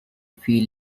feel